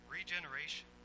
Regeneration